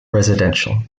residential